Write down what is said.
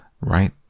Right